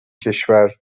کشور